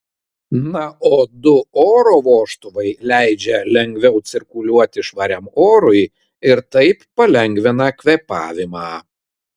na o du oro vožtuvai leidžia lengviau cirkuliuoti švariam orui ir taip palengvina kvėpavimą